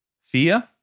Fear